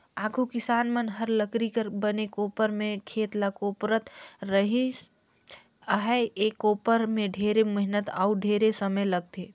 आघु किसान मन हर लकरी कर बने कोपर में खेत ल कोपरत रिहिस अहे, ए कोपर में ढेरे मेहनत अउ ढेरे समे लगथे